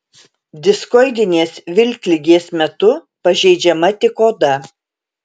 diskoidinės vilkligės metu pažeidžiama tik oda